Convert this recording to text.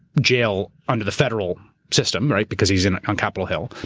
jail under the federal system, right? because he's and on capitol hill.